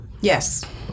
Yes